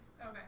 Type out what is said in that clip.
Okay